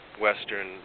Western